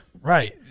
Right